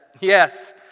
Yes